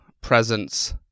presence